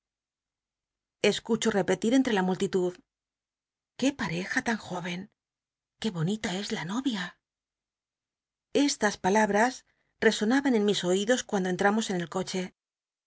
aldea epctit entre la multitud escucho l qué pareja lan jóyen que bonita es la noyia estas palabras resonaban en mis oidos cuando en tramos en el coche